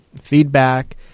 feedback